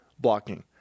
blocking